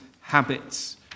habits